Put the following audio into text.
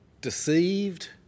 deceived